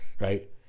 right